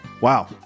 Wow